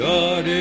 God